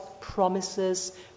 promises